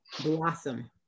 blossom